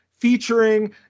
featuring